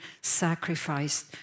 sacrificed